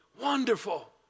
wonderful